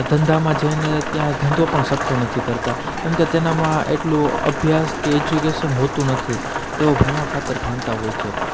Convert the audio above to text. ધંધામાં જઈને ત્યાં ધંધો પણ સરખો નથી કરતાં કેમકે તેનામાં એટલું અભ્યાસ કે એજ્યુકેસન હોતું નથી તેઓ ભણવા ખાતર ભણતા હોય છે